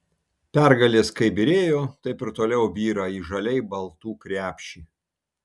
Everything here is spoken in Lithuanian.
pergalės kaip byrėjo taip ir toliau byra į žaliai baltų krepšį